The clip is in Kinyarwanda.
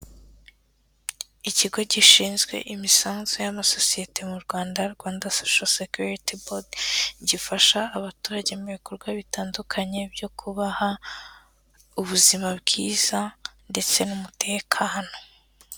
Ikigo gishinzwe imisanzu y'amasosiyete mu Rwanda, Rwanda sosho sekiriti bodi, gifasha abaturage mu ibikorwa bitandukanye, byo kubaha ubuzima bwiza ndetse n'umutekano.